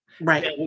Right